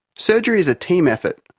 surgery is a team effort,